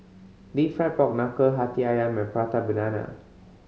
Deep Fried Pork Knuckle Hati Ayam and Prata Banana